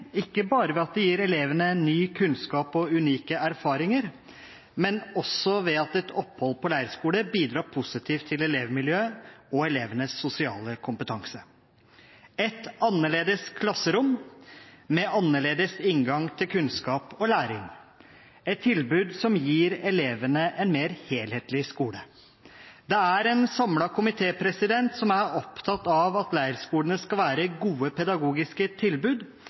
ikke bare ved at det gir elevene ny kunnskap og unike erfaringer, men også ved at det bidrar positivt til elevmiljøet og elevenes sosiale kompetanse. Det er et annerledes klasserom, med annerledes inngang til kunnskap og læring – et tilbud som gir elevene en mer helhetlig skole. Det er en samlet komité som er opptatt av at leirskolene skal være gode pedagogiske tilbud